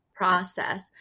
Process